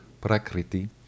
prakriti